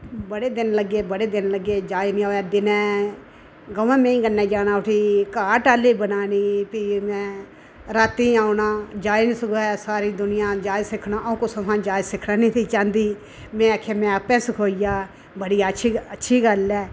बड़े दिन लग्गे बड़े दिन लग्गे जांच निं आवै दिने गवै मैईये कन्ने जाना उठी घाऽ टाली बनानी फ्ही उनें राती औना जांच नेईं सखोये सारी दुनिआ जांच सिखन अ'ऊं जांच सीखना निं चाह्न्दी में आखेया में आपु सखोईया बड़ी अच्छी अच्छी गल्ल ऐ